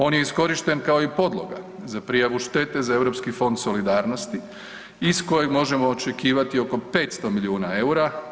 On je iskorišten kao i podloga za prijavu štete za Europski fond solidarnosti iz kojeg možemo očekivati oko 500 milijuna eura.